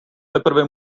teprve